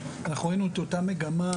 אנחנו ראינו את אותה מגמה,